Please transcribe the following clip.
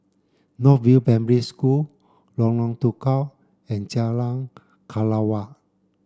North View Primary School Lorong Tukol and Jalan Kelawar